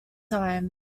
time